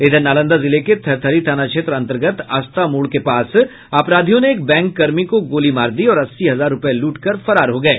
इधर नालंदा जिले के थरथरी थाना क्षेत्र अंतर्गत अस्ता मोड़ के पास अपराधियों ने एक बैंक कर्मी को गोली मार दी और अस्सी हजार रुपये लूट कर फरार हो गये